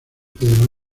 federal